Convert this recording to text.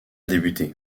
débuté